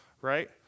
right